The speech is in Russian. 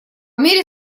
мере